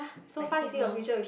like his nose